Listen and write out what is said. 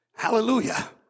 Hallelujah